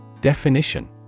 Definition